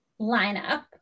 lineup